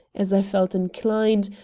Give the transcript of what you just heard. as i felt inclined,